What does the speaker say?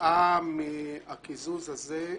כתוצאה מהקיזוז הזה,